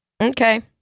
Okay